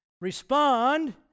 Respond